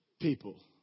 people